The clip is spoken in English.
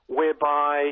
whereby